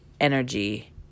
energy